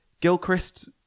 Gilchrist